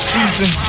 season